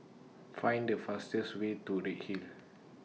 Find The fastest Way to Redhill